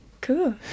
Cool